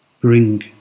bring